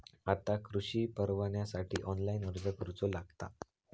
आता कृषीपरवान्यासाठी ऑनलाइन अर्ज करूचो लागता